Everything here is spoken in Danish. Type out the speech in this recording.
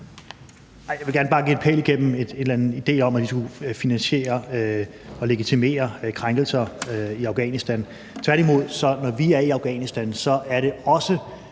Jeg vil gerne banke en pæl igennem den idé om, at vi skulle finansiere og legitimere krænkelser i Afghanistan. Tværtimod er det sådan, at når vi er i Afghanistan, er det også